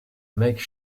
make